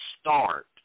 start